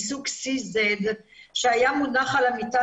מסוג CZ שהיה מונח על המיטה,